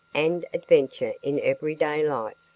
and adventure in every-day life.